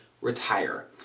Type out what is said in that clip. retire